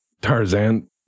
Tarzan